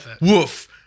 Woof